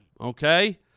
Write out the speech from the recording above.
Okay